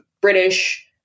British